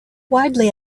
widely